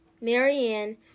Marianne